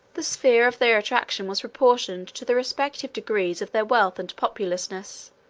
the sphere of their attraction was proportioned to the respective degrees of their wealth and populousness